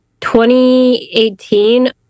2018